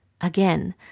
Again